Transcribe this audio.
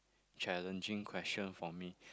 challenging question for me